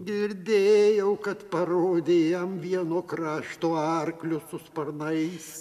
girdėjau kad parodei jam vieno krašto arklius su sparnais